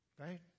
Right